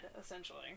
essentially